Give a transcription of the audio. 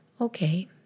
okay